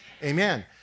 Amen